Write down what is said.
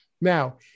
Now